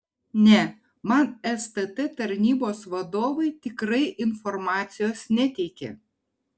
ne man stt tarnybos vadovai tikrai informacijos neteikė